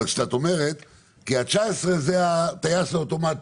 אבל כשאת אומרת כי 2019 זה הטיס האוטומטי.